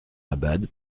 abad